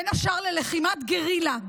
בין השאר ללחימת גרילה.